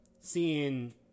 seeing